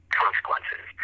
consequences